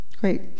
Great